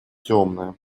темное